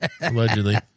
Allegedly